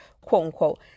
quote-unquote